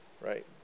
right